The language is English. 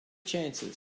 chances